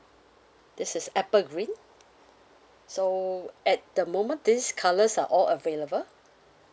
this is apple green so at the moment these colors are all available